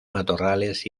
matorrales